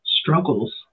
struggles